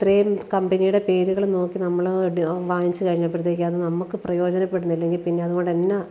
ഇത്രയും കമ്പനിയുടെ പേരുകൾ നോക്കി നമ്മൾ വാങ്ങിച്ച് കഴിഞ്ഞപ്പോഴത്തേക്ക് അത് നമുക്ക് പ്രയോജനപ്പെടുന്നില്ലെങ്കിൽ പിന്നെയതുകൊണ്ട് എന്നാ